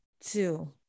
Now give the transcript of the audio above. two